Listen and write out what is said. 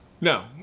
No